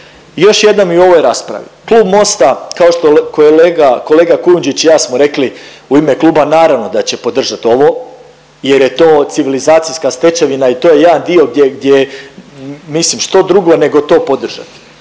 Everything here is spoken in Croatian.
Još jednom i u ovoj raspravi, klub Mosta kao što kolega Kujundžić i ja smo rekli u ime kluba naravno da će podržat ovo jer je to civilizacijska stečevina i to je jedan dio gdje mislim što drugo nego to podržati.